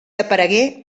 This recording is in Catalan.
aparegué